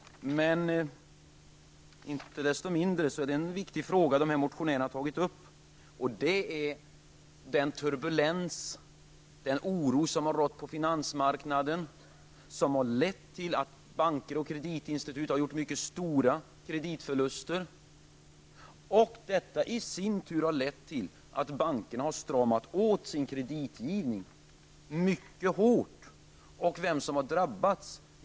Icke desto mindre är det en viktig fråga dessa motionärer har tagit upp. Det gäller den turbulens, den oro, som rått på finansmarknaden och som har lett till att banker och kreditinstitut har gjort mycket stora kreditförluster. Detta i sin tur har lett till att bankerna stramat åt sin kreditgivning mycket hårt. Vem är det som har drabbats av detta?